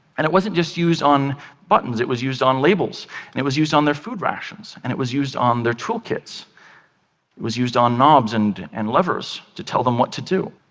and it wasn't just used on buttons, it was used on labels, and it was used on their food rations, and it was used on their tool kits. it was used on knobs and and levers to tell them what to do.